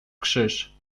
krzyż